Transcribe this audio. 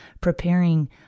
preparing